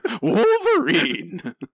Wolverine